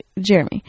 Jeremy